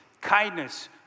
kindness